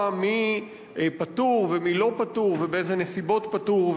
מי פטור ומי לא פטור ובאיזה נסיבות פטור,